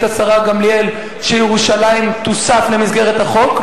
השר גמליאל שירושלים תוסף למסגרת החוק,